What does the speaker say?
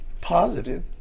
positive